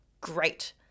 great